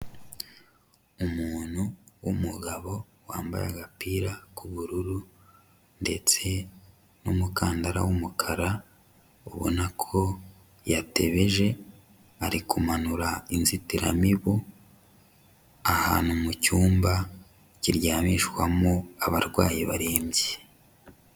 umuntu w'umugabo wambaye agapira k'ubururu ndetse n'umukandara w'umukara ubona ko yatebeje, ari kumanura inzitiramibu ahantu mucyumba kiryamishwamo abarwayi barembye.